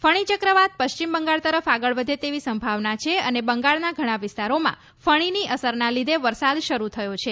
ફણી ચક્રવાત પશ્ચિમ બંગાળ તરફ આગળ વધે તેવી સંભાવના છે અને બંગાળના ઘણા વિસ્તારોમાં ફણીની અસરના લીધે વરસાદ શરૂ થયો છે